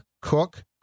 Cook